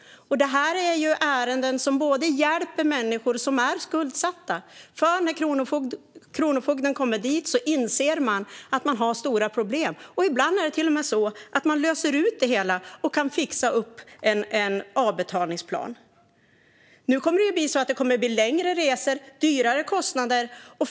Det är ärenden som hjälper människor som är skuldsatta, för när Kronofogden kommer dit inser de att de har stora problem. Ibland är det till och med så att man löser ut det hela och kan fixa en avbetalningsplan. Nu kommer det att bli längre resor och högre kostnader.